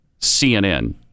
CNN